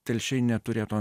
telšiai neturėtų